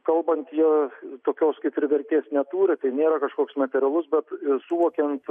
kalbant jo tokios kaip ir vertės neturi tai nėra kažkoks natūralus bet suvokiant